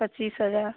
पाचीस हज़ार